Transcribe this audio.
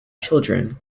children